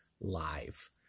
live